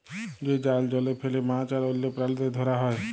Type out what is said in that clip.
যে জাল জলে ফেলে মাছ আর অল্য প্রালিদের ধরা হ্যয়